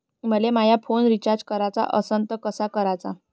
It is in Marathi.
मले माया फोन रिचार्ज कराचा असन तर कसा कराचा?